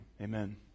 Amen